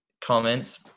comments